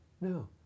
No